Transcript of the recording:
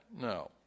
No